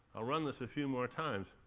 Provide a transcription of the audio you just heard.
i'll run this a few more times.